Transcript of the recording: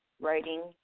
writing